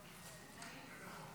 נתקבל.